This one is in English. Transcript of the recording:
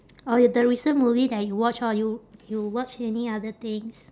or the recent movie that you watch orh you you watch any other things